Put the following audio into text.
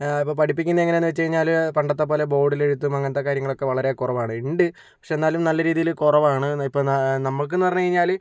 ഇപ്പോൾ പഠിപ്പിക്കുന്നതെങ്ങനെയെന്ന് വച്ച് കഴിഞ്ഞാല് പണ്ടത്തെ പോലെ ബോർഡിലെഴുത്തും അങ്ങനത്തെ കാര്യങ്ങളൊക്കെ വളരെ കുറവാണ് ഉണ്ട് പക്ഷെ എന്നാലും നല്ല രീതിയിൽ കുറവാണ് ഇപ്പോൾ നമുക്കെന്ന് പറഞ്ഞു കഴിഞ്ഞാല്